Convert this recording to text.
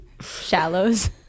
Shallows